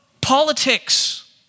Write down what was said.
politics